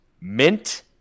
mint